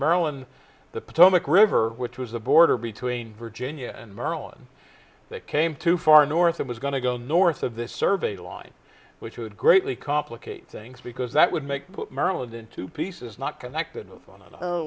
maryland the potomac river which was the border between virginia and maryland that came too far north it was going to go north of this survey line which would greatly complicate things because that would make maryland into pieces not connected o